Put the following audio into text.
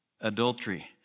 adultery